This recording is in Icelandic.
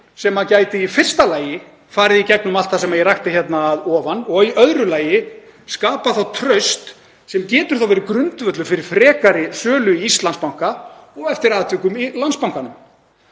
sem gæti í fyrsta lagi farið í gegnum allt það sem ég rakti hérna að ofan og í öðru lagi skapað það traust sem getur verið grundvöllur fyrir frekari sölu Íslandsbanka og eftir atvikum í Landsbankanum.